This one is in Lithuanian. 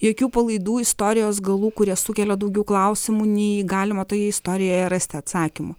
jokių palaidų istorijos galų kurie sukelia daugiau klausimų nei galima toje istorijoje rasti atsakymų